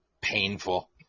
painful